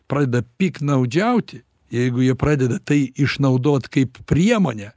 pradeda piktnaudžiauti jeigu jie pradeda tai išnaudot kaip priemonę